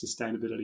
sustainability